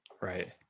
Right